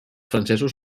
francesos